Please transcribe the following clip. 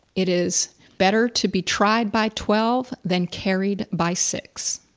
it is better to be tried by twelve than carried by six.